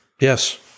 Yes